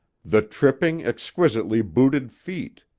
the tripping, exquisitely booted feet,